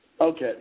Okay